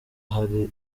hari